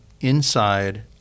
inside